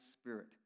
Spirit